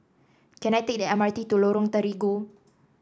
can I take the M R T to Lorong Terigu